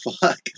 fuck